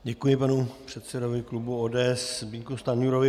Děkuji panu předsedovi klubu ODS Zbyňku Stanjurovi.